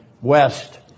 west